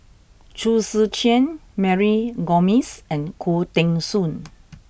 Chong Tze Chien Mary Gomes and Khoo Teng Soon